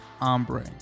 Ombre